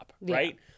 right